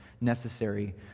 necessary